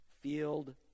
field